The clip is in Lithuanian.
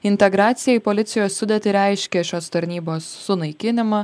integracija į policijos sudėtį reiškia šios tarnybos sunaikinimą